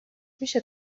میشه